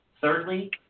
thirdly